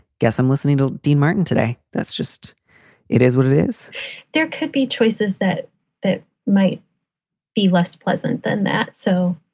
guess i'm listening to dean martin today. that's just it is what it is there could be choices that that might be less pleasant than that. so,